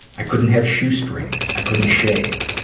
i couldn't have shoe strings. i couldn't shave.